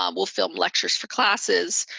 um will film lectures for classes.